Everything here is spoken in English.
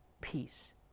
peace